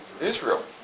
Israel